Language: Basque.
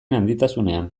handitasunean